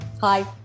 Hi